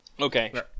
okay